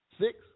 six